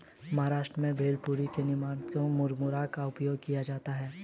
महाराष्ट्र में भेलपुरी के निर्माण में मुरमुरे का उपयोग किया जाता है